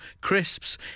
crisps